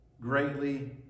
greatly